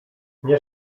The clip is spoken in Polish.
nie